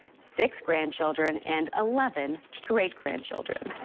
six grandchildren and eleven great-grandchildren.